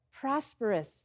prosperous